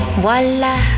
Voilà